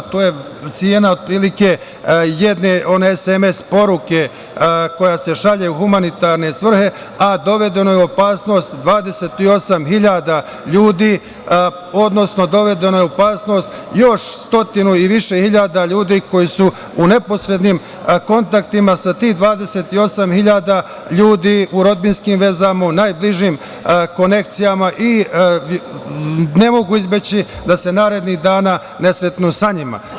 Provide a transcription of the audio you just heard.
To je cena otprilike jedne SMS poruke koja se šalje u humanitarne svrhe, a dovedeno je u opasnost 28.000 ljudi, odnosno dovedeno je u opasnost još stotinu i više hiljada ljudi koji su u neposrednim kontaktima sa tih 28.000 ljudi u rodbinskim vezama, u najbližim konekcijama i ne mogu izbeći da se narednih dana ne sretnu sa njima.